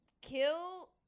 Kill